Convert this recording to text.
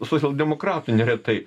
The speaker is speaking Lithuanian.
socialdemokratų neretai